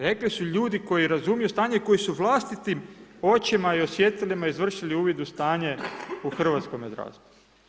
Rekli su ljudi koji razumiju stanje i koji su vlastitim očima i osjetilima izvršili uvid u stanje u hrvatskome zdravstvu.